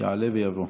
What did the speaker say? יעלה ויבוא.